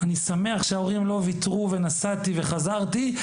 ואני שמח שההורים לא ויתרו, ונסעתי וחזרתי.